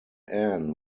ann